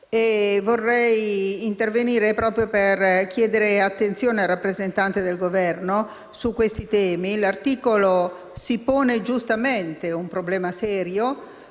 farmaco. Intervengo per chiedere attenzione al rappresentante del Governo su questi temi. L'articolo 21 si pone giustamente un problema serio,